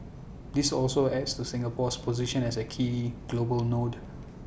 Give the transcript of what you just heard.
this also adds to Singapore's position as A key global node